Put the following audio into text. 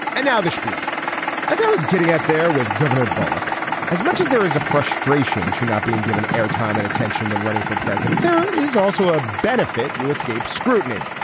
and now the spiel as i was getting out there with governor bullock as much as there is a frustration to not being given airtime and attention when running for president there is also a benefit. you escaped scrutiny.